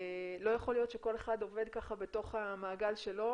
לא יכול להיות שכל אחד עומד בתוך המעגל שלו